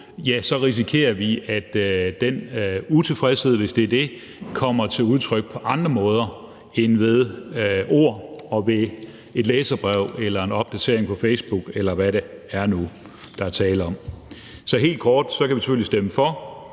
låg på, risikerer vi, at den utilfredshed, hvis det er det, kommer til udtryk på andre måder end ved ord og ved et læserbrev eller en opdatering på Facebook, eller hvad det nu er, der er tale om. Så helt kort: Vi kan selvfølgelig stemme for,